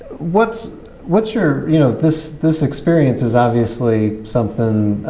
what's what's your, you know this this experience is obviously something